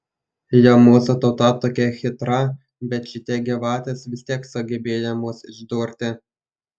jau mūsų tauta tokia chytra bet šitie gyvatės vis tiek sugebėjo mus išdurti